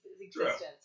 existence